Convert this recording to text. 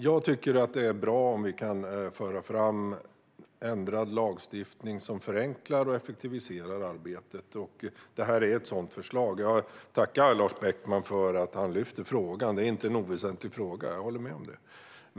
Fru talman! Det är bra om vi kan föra fram ändrad lagstiftning som förenklar och effektiviserar arbetet. Det här är ett sådant förslag. Jag tackar Lars Beckman för att han lyfter upp frågan. Jag håller med om att den inte är oväsentlig.